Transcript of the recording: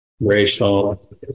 racial